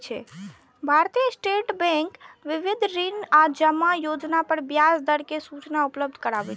भारतीय state bank विविध ऋण आ जमा योजना पर ब्याज दर के सूचना उपलब्ध कराबै छै